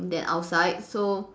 than outside